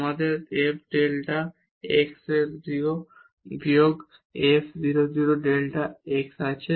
আমাদের f delta x 0 বিয়োগ f 0 0 delta x আছে